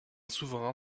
souverain